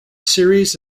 series